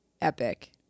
epic